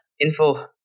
info